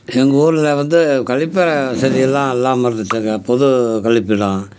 எங்கூரில் வந்து கழிப்பற வசதி எல்லாம் இல்லாமல் இருந்துச்சுங்க பொது கழிப்பிடம்